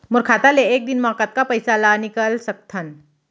मोर खाता ले एक दिन म कतका पइसा ल निकल सकथन?